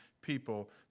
people